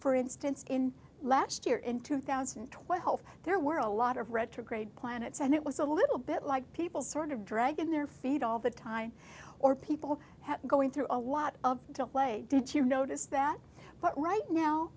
for instance in last year in two thousand and twelve there were a lot of retrograde planets and it was a little bit like people sort of dragging their feet all the time or people going through a lot of play did you notice that but right now